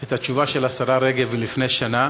את התשובה של השרה רגב מלפני שנה,